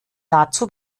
dazu